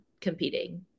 competing